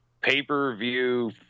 pay-per-view